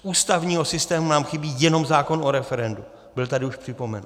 Z ústavního systému nám chybí jenom zákon o referendu, byl tady už připomenut.